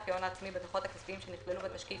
לפי ההון העצמי בדוחות הכספיים שנכללו בתשקיף